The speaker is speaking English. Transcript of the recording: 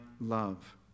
love